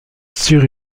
sur